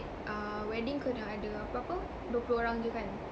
err wedding kena ada apa apa dua puluh orang jer kan